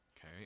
okay